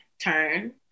turn